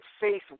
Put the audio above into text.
faith